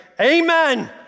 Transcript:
amen